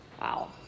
Wow